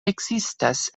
ekzistas